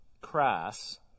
crass